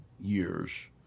years